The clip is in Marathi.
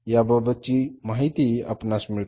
या बाबत ची माहिती आपणास मिळते